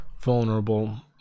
vulnerable